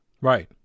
Right